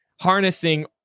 harnessing